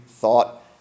thought